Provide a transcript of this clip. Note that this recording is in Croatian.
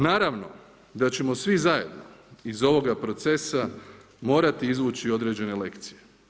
Naravno da ćemo svi zajedno iz ovoga procesa morati izvući određene lekcije.